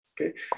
Okay